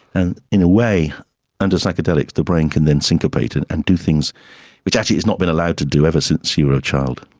and in a way under psychedelics the brain can then syncopate and and do things which actually it has not been allowed to do ever since you were a child.